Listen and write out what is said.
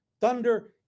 thunder